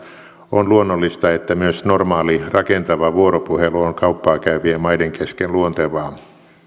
on luonnollista että myös normaali rakentava vuoropuhelu on kauppaa käyvien maiden kesken luontevaa